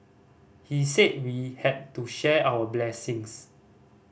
he said we had to share our blessings